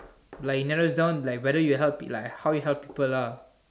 like you never down like whether you help it like how you help people lah